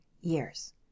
years